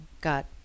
got